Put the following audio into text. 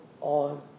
on